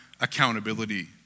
accountability